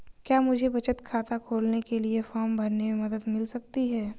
क्या मुझे बचत खाता खोलने के लिए फॉर्म भरने में मदद मिल सकती है?